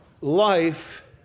life